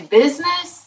business